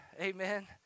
Amen